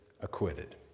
acquitted